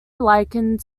likened